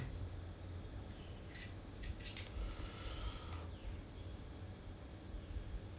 ya 她会 like 她会 text 我 then 她跟我讲 !oi! recently I found this job err don't know whether is it suitable for her or not